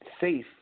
safe